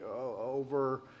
over